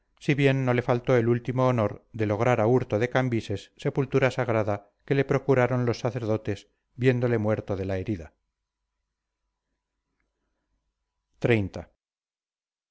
si bien no le faltó el último honor de lograr a hurto de cambises sepultura sagrada que le procuraron los sacerdotes viéndole muerto de la herida